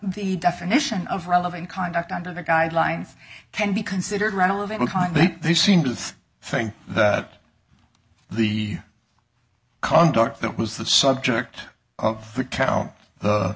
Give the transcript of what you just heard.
definition of relevant conduct under the guidelines can be considered rental of a kind but they seem to think that the conduct that was the subject of the cow